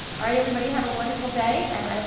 alright everybody have a wonderful day. and